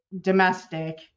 domestic